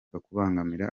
kubangamira